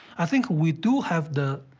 i think we do have the